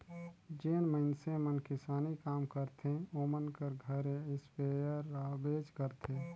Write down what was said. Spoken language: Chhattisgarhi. जेन मइनसे मन किसानी काम करथे ओमन कर घरे इस्पेयर रहबेच करथे